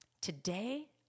today